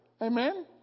Amen